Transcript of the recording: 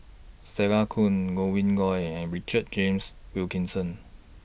Stella Kon Godwin Koay and Richard James Wilkinson